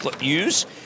use